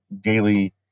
daily